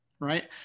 right